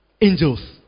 angels